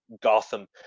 Gotham